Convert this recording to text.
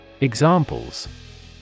Examples